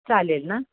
चालेल ना